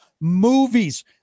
movies